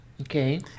Okay